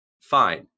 Fine